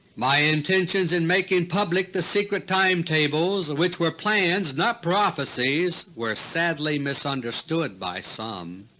my intentions in making public the secret time tables which were plans, not prophecies were sadly misunderstood by some.